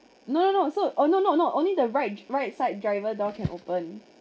no no so oh no no no only the right right side driver door can open